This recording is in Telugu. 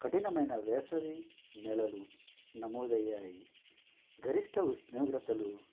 కఠినమైన వేసవి నెలలు నమోదయ్యాయి గరిష్ట ఉష్ణోగ్రతలు